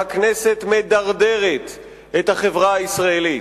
והכנסת מדרדרת את החברה הישראלית.